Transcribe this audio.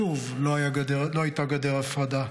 שוב, לא הייתה גדר הפרדה.